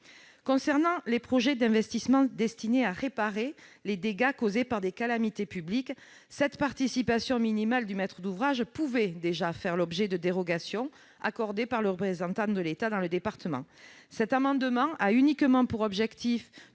Concernant les projets d'investissement destinés à réparer les dégâts causés par des calamités publiques, cette participation minimale du maître d'ouvrage peut déjà faire l'objet de dérogations accordées par le représentant de l'État dans le département. Cet amendement a uniquement pour objet